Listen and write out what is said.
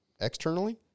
externally